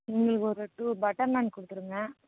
எங்களுக்கு ஒரு டூ பட்டர்நான் கொடுத்துடுங்க